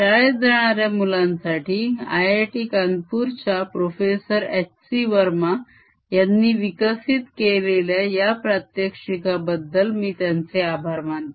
शाळेत जाणाऱ्या मुलांसाठी IIT कानपूर च्या प्रोफेसर HC VERMA यांनी विकसित केलेल्या या प्रात्यक्षिकाबद्दल मी त्यांचे आभार मानतो